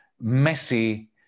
messy